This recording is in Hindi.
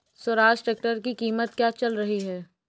स्वराज ट्रैक्टर की कीमत क्या चल रही है?